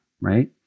right